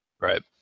Right